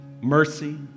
mercy